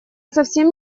совсем